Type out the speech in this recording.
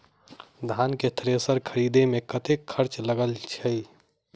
धान केँ थ्रेसर खरीदे मे कतेक खर्च लगय छैय?